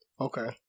Okay